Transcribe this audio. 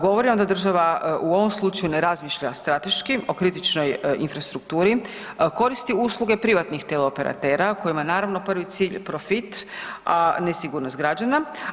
Govori nam da država u ovom slučaju ne razmišlja strateški o kritičnoj infrastrukturi, koristi usluge privatnih teleoperatera kojima je naravno prvi cilj profit, a ne sigurnost građana.